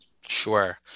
Sure